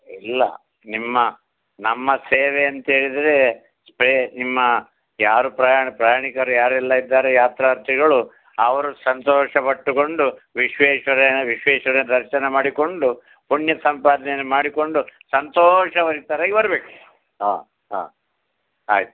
ಇಲ್ಲ ನಿಮ್ಮ ನಮ್ಮ ಸೇವೆ ಅಂತೇಳಿದರೆ ಸೇ ನಿಮ್ಮ ಯಾರು ಪ್ರಯಾಣ ಪ್ರಯಾಣಿಕರು ಯಾರೆಲ್ಲ ಇದ್ದಾರೆ ಯಾತ್ರಾರ್ಥಿಗಳು ಅವರು ಸಂತೋಷ ಪಟ್ಟುಕೊಂಡು ವಿಶ್ವೇಶ್ವರಯ್ಯ ವಿಶ್ವೇಶ್ವರನ ದರ್ಶನ ಮಾಡಿಕೊಂಡು ಪುಣ್ಯ ಸಂಪಾದನೆಯನ್ನ ಮಾಡಿಕೊಂಡು ಸಂತೋಷವಾಗಿ ಬರ್ಬೇಕು ಹಾಂ ಹಾಂ ಆಯ್ತು